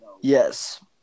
Yes